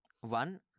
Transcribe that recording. One